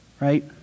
right